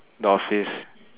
the office